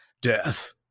Death